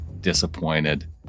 disappointed